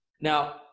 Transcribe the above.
Now